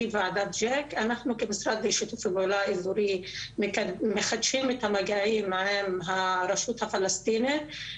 אנחנו כמשרד לשיתוף פעולה אזורי מחדשים את המגעים עם הרשות הפלסטינית.